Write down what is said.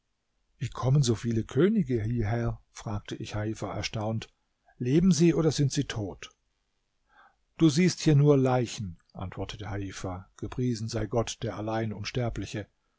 wie kommen so viele könige hierher fragte ich heifa erstaunt leben sie oder sind sie tot du siehst hier nur leichen antwortete heifa gepriesen sei gott der